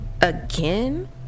again